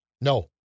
No